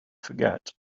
forget